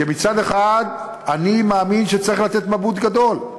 כי מצד אחד אני מאמין שצריך לתת נבוט גדול,